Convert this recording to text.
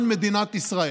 ציבור.